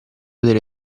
poter